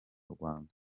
rwanda